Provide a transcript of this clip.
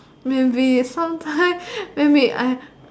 maybe sometime maybe I